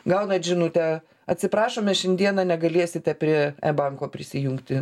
gaunat žinutę atsiprašome šiandieną negalėsite prie banko prisijungti